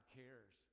cares